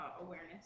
awareness